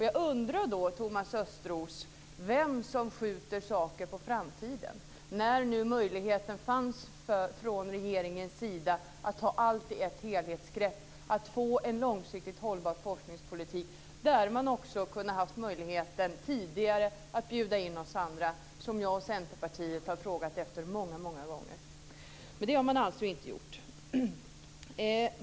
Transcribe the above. Jag undrar, Thomas Östros, vem som skjuter saker på framtiden när nu möjligheten fanns från regeringens sida att ha allting i ett helhetsgrepp, att få en långsiktigt hållbar forskningspolitik där man också haft möjligheten att tidigare bjuda in oss andra, något som jag och Centerpartiet har frågat efter många gånger. Men det har man alltså inte gjort.